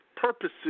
purposes